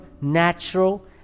natural